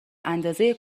اندازه